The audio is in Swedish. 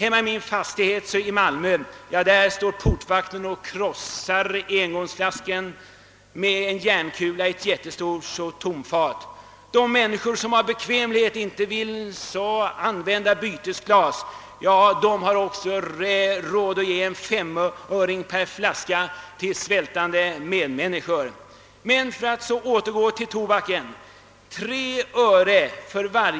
I den fastighet där jag bor hemma i Malmö står portvakten och krossar engångsglasen med en järnkula i ett jättestort tomfat. De människor som av bekvämlighet inte vill använda bytesglas har också råd att ge en femöring per flaska till svältande medmänniskor. Men jag återgår till tobaken.